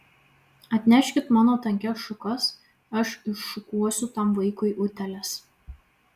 atneškit mano tankias šukas aš iššukuosiu tam vaikui utėles